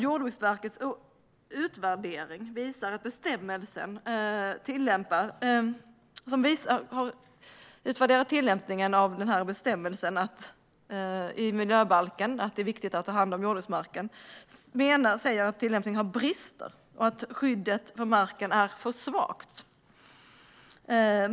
Jordbruksverkets utvärdering av tillämpningen av denna bestämmelse i miljöbalken visar att det är viktigt att ta hand om jordbruksmarken. Man säger att tillämpningen har brister och att skyddet för marken är för svagt.